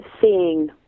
seeing